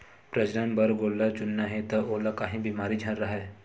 प्रजनन बर गोल्लर चुनना हे त ओला काही बेमारी झन राहय